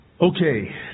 Okay